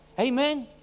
Amen